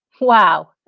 Wow